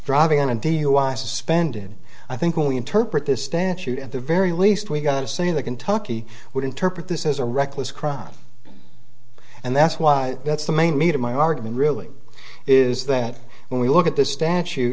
driving on a dui suspended i think when we interpret this statute at the very least we got to say that kentucky would interpret this as a reckless crime and that's why that's the main me to my argument really is that when we look at this statu